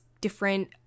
different